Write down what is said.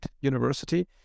university